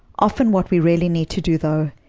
often what we really need to do, though,